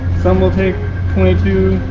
some will take twenty two,